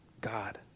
God